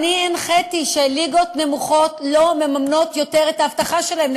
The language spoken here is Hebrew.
אני הנחיתי שליגות נמוכות לא מממנות יותר את האבטחה שלהן,